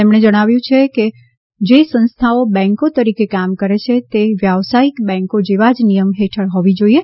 તેમણે જણાવ્યું કે જે સંસ્થાઓ બેન્કો તરીકે કામ કરે છે તે વ્યાવસાયિક બેન્કો જેવા જ નિયમ હેઠળ હોવી જોઇએ